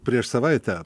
prieš savaitę